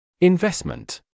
Investment